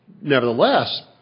Nevertheless